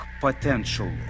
potential